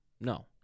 No